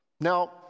Now